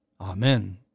Amen